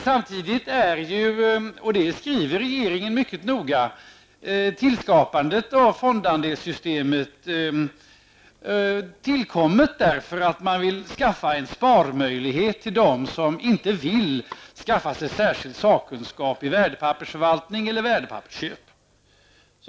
Samtidigt är, och det skriver regeringen mycket noga, fondandelssystemet tillkommet därför att man vill skapa en sparmöjlighet för dem som inte vill skaffa sig särskild sakkunskap i värdepappersförvaltning eller värdepappersköp.